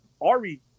Ari